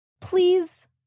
please